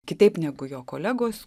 kitaip negu jo kolegos